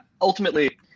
ultimately